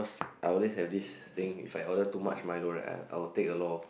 I always have this thing if I order too much Milo right I I will take a lot